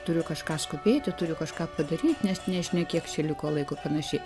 turiu kažką skubėti turiu kažką padaryt nes nežinia kiek čia liko laiko panašiai